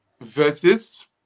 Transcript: versus